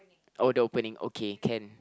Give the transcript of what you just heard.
oh the opening okay can